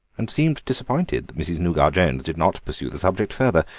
and seemed disappointed that mrs. nougat-jones did not pursue the subject further.